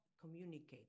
communicate